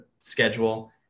schedule